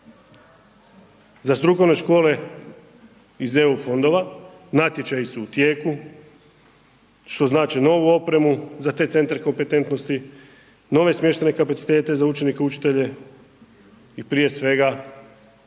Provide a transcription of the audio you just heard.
za strukovne škole iz EU fondova, natječaji su u tijeku, što znači novu opremu za te centre kompetentnosti, nove smještene kapacitete, za učenike, učitelje i prije svega rad